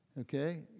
Okay